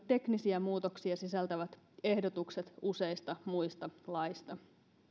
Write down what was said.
teknisiä muutoksia sisältäviä ehdotuksia useista muista laeista